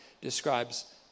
describes